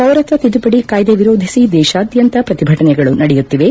ಪೌರತ್ವ ತಿದ್ದುಪಡಿ ಕಾಯ್ದೆ ವಿರೋಧಿಸಿ ದೇಶಾದ್ಯಂತ ಪ್ರತಿಭಟನೆಗಳು ನಡೆಯುತ್ತಿವೆ